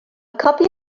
copy